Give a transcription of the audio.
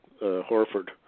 Horford